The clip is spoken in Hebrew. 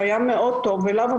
שהיה מאוד טוב אליו,